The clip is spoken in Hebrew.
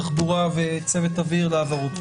תחבורה וצוות אוויר להבהרות.